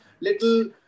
little